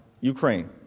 Ukraine